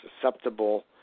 susceptible